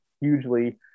hugely